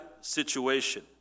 situation